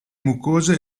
mucose